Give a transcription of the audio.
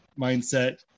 mindset